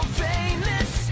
famous